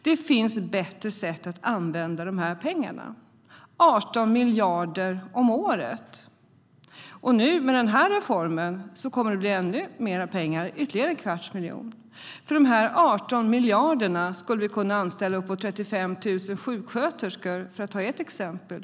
Det finns bättre sätt att använda dessa 18 miljarder. I och med den här reformen kommer det att bli ännu mer pengar, ytterligare en kvarts miljon. För dessa 18 miljarder skulle man kunna anställa 35 000 sjuksköterskor - för att ta ett exempel.